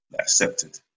accepted